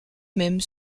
même